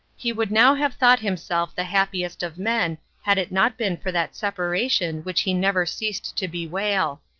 he would now have thought himself the happiest of men had it not been for that separation which he never ceased to bewail.